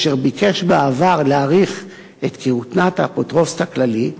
אשר ביקש בעבר להאריך את כהונת האפוטרופוס הכללי,